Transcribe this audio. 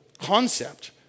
concept